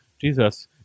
jesus